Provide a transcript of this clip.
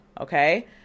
Okay